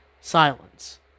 Silence